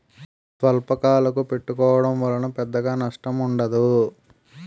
స్వల్పకాలకు పెట్టుకోవడం వలన పెద్దగా నష్టం ఉండదు